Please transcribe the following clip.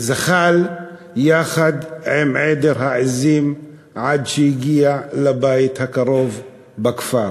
זחל יחד עם עדר העזים עד שהגיע לבית הקרוב בכפר.